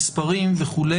מספרים וכו'.